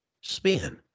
spin